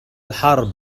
الحرب